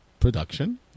production